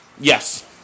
Yes